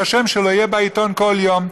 כי השם שלו יהיה בעיתון כל יום?